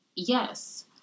Yes